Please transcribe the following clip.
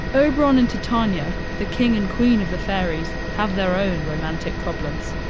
oberon and titania, the king and queen of the fairies, have their own romantic problems.